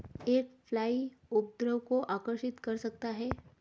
एक फ्लाई उपद्रव को आकर्षित कर सकता है?